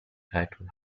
title